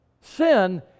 sin